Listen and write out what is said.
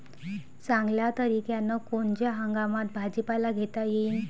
चांगल्या तरीक्यानं कोनच्या हंगामात भाजीपाला घेता येईन?